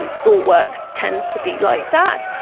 and thoughtworks tends to be like that,